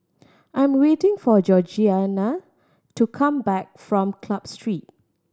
I am waiting for Georgianna to come back from Club Street